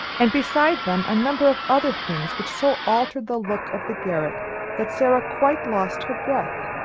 and beside them a number of other things which so altered the look of the garret that sara quite lost her breath.